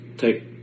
take